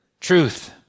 truth